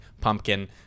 pumpkin